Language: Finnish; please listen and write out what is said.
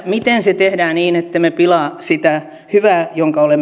miten se tehdään niin ettemme pilaa sitä hyvää jonka olemme